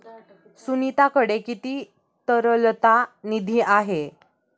सुनीताकडे किती तरलता निधी आहे?